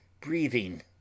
breathing